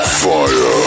fire